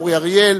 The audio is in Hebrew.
אורי אריאל,